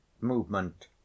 movement